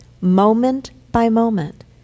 Moment-by-moment